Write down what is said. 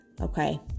Okay